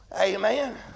Amen